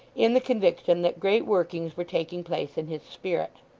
in the conviction that great workings were taking place in his spirit.